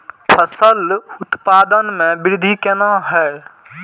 फसल उत्पादन में वृद्धि केना हैं?